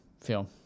film